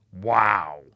Wow